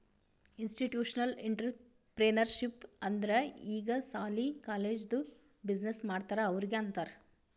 institutional entrepreneurship ಅಂದುರ್ ಈಗ ಸಾಲಿ, ಕಾಲೇಜ್ದು ಬಿಸಿನ್ನೆಸ್ ಮಾಡ್ತಾರ ಅವ್ರಿಗ ಅಂತಾರ್